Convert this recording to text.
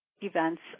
events